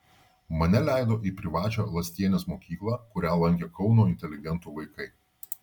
mane leido į privačią lastienės mokyklą kurią lankė kauno inteligentų vaikai